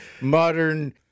Modern